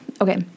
Okay